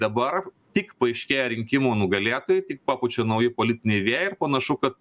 dabar tik paaiškėja rinkimų nugalėtojai tik papučia nauji politiniai vėjai ir panašu kad